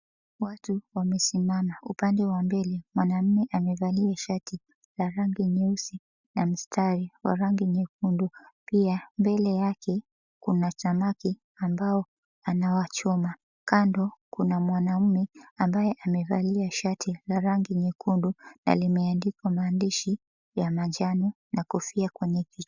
Watu wamesimama. Upande wa mbele mwanaume amevalia shati la rangi nyeusi na mstari wa rangi nyekundu. Pia mbele yake, kuna samaki ambao anawachoma. Kando kuna mwanaume ambaye amevalia shati la rangi nyekundu, na limeandikwa maandishi ya manjano, na kofia kwenye kichwa.